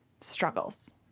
struggles